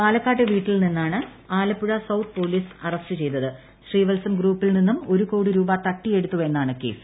പാലക്കാട്ടെ വ്ട്ടിട്ടിൽ നിന്നുമാണ് ആലപ്പുഴ സൌത്ത് പോലീസ് അറസ്റ്റ് ചെയ്ത്ത് ക്രിശീവൽസം ഗ്രൂപ്പിൽ നിന്നും ഒരു കോടി രൂപ തട്ടിയെടുത്തു് എന്നാണ് കേസ്